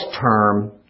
term